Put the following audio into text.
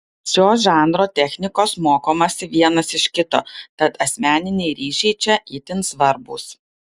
šio žanro technikos mokomasi vienas iš kito tad asmeniniai ryšiai čia itin svarbūs